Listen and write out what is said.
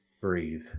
breathe